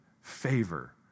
favor